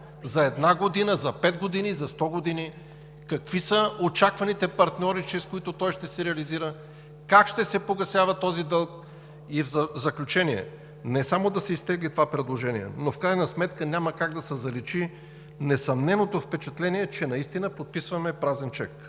за една година, за пет години, за сто години, какви са очакваните партньори, чрез които той ще се реализира, как ще се погасява този дълг? В заключение, не само да се изтегли това предложение, но в крайна сметка няма как да се заличи несъмненото впечатление, че наистина подписваме празен чек.